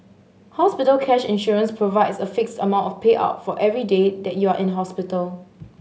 hospital cash insurance provides a fixed amount of payout for every day that you are in hospital